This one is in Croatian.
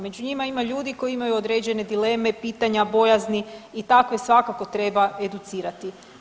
Među njima ima ljudi koji imaju određene dileme, i pitanja, bojazni i takve svakako treba educirati.